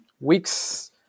weeks